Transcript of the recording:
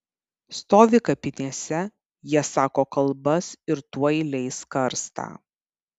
stovi kapinėse jie sako kalbas ir tuoj leis karstą